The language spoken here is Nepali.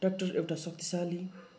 ट्य्राक्टर एउटा शक्तिशाली